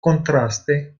kontraste